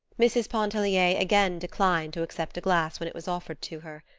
mrs. pontellier again declined to accept a glass when it was offered to her.